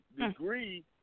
degree